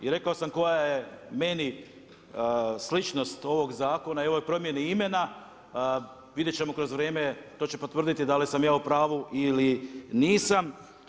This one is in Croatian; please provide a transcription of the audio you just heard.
I rekao sam koja je meni sličnost ovog zakona i ovoj promjeni imena, vidjeti ćemo kroz vrijeme, to će potvrditi da li sam ja u pravu ili nisam.